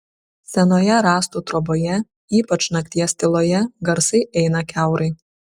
senoje rąstų troboje ypač nakties tyloje garsai eina kiaurai